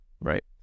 right